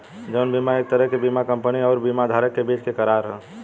जीवन बीमा एक तरह के बीमा कंपनी अउरी बीमा धारक के बीच के करार ह